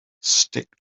stick